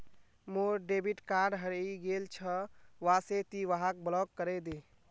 मोर debit card हरइ गेल छ वा से ति वहाक ब्लॉक करे दे